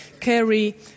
carry